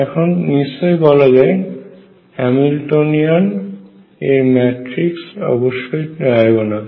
এখন নিশ্চয়ই বলা যায় হ্যামিল্টনিয়ান এর ম্যাট্রিক্সটি অবশ্যই ডায়াগোনাল